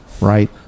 right